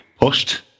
pushed